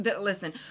Listen